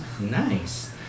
Nice